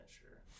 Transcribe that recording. sure